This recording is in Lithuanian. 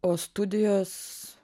o studijos